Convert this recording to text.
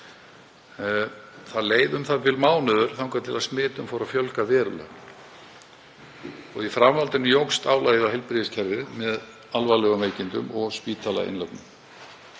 Það leið u.þ.b. mánuður þangað til að smitum fór að fjölga verulega og í framhaldinu jókst álagið á heilbrigðiskerfið með alvarlegum veikindum og spítalainnlögnum.